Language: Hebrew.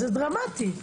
זה דרמטי.